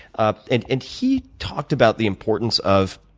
ah and and he talked about the importance of,